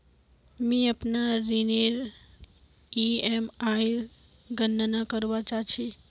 मि अपनार ऋणनेर ईएमआईर गणना करवा चहा छी